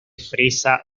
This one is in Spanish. fresa